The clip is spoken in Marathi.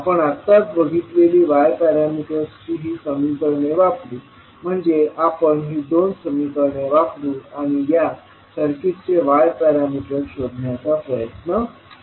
आपण आत्ताच बघितलेली y पॅरामीटर्सची ही समीकरणे वापरू म्हणजे आपण ही दोन समीकरणे वापरू आणि या सर्किटचे y पॅरामीटर्स शोधण्याचा प्रयत्न करू